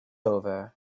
over